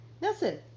Nelson